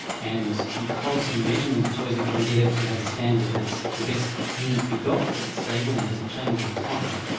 and because in measurement it's always a good idea to have a standard that's the best unit you've got, that it's stable and doesn't change over time.